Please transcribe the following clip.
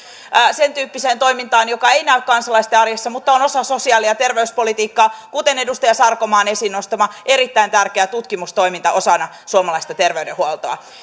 sentyyppiseen toimintaan joka ei näy kansalaisten arjessa mutta on osa sosiaali ja terveyspolitiikkaa kuten edustaja sarkomaan esiin nostama erittäin tärkeä tutkimustoiminta osana suomalaista terveydenhuoltoa